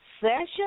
session